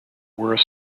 were